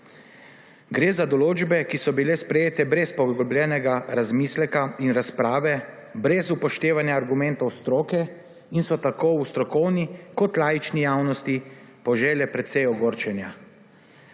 Gre za določbe, ki so bile sprejete brez poglobljenega razmisleka in razprave, brez upoštevanja argumentov stroke in so tako v strokovni kot laični javnosti požele precej ogorčenja.